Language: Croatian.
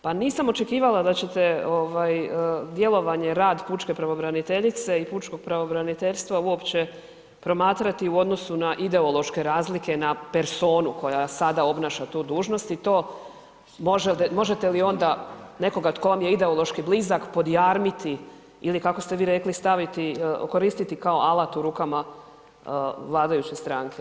Pa nisam očekivala da ćete ovaj djelovanje, rad pučke pravobraniteljice i pučkog pravobraniteljstva uopće promatrati u odnosu na ideološke razlike na personu koja sada obnaša tu dužnost i to može, možete li onda nekoga tko vam je ideološki blizak podjarmiti ili kako ste vi rekli, staviti, koristiti kao alat u rukama vladajuće stranke.